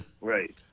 Right